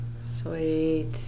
sweet